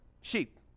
sheep